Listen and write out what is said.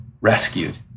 rescued